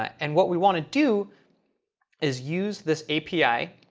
and what we want to do is use this api.